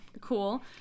Cool